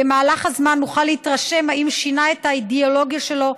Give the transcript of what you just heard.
במהלך הזמן נוכל להתרשם אם שינה את האידיאולוגיה שלו,